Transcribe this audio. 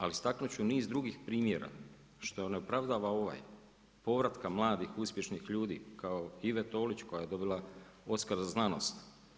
Ali, istaknuti ću niz drugih primjera, što ne opravdava ovaj povrataka mladih, uspješnih ljudi kao Ive Tolić koja je dobila oskara za znanost.